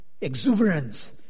Exuberance